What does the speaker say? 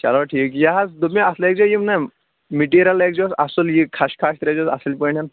چلو ٹھیٖک یہِ حظ دوٚپ مےٚ اَتھ لٲگۍزیٚو یِم نا میٹیٖریَل لٲگۍ زیٚوس اَصٕل یہِ کھشخاش ترٛٲوِزیٚو اَصٕل پٲٹھۍ